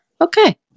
Okay